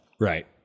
Right